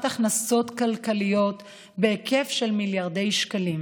הכנסות כלכליות בהיקף של מיליארדי שקלים,